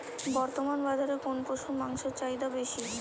বর্তমান বাজারে কোন পশুর মাংসের চাহিদা বেশি?